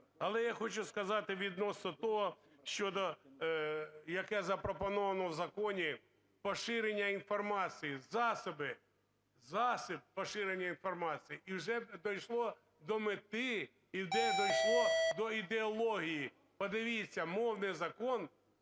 Але я хочу сказати відносно того щодо, яке запропоновано в законі, поширення інформації, засоби поширення інформації. І вже дійшло до мети і дійшло до ідеології. Подивіться, мовний закон,